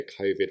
COVID